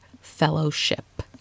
Fellowship